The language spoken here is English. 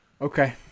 okay